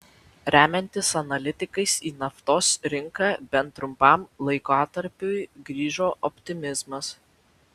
remiantis analitikais į naftos rinką bent trumpam laikotarpiui grįžo optimizmas